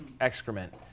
excrement